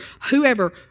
whoever